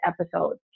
episode